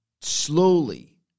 slowly